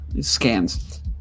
scans